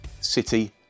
City